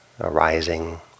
arising